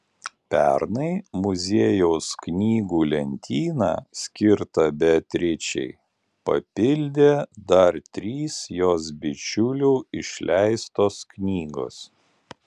pernai muziejaus knygų lentyną skirtą beatričei papildė dar trys jos bičiulių išleistos knygos